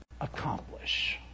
accomplish